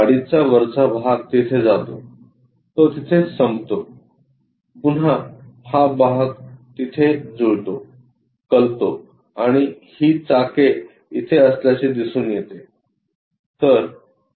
गाडीचा वरचा भाग तिथे जातो तो तिथेच संपतो पुन्हा हा भाग तिथे जुळतो कलतो आणि ही चाके इथे असल्याचे दिसून येते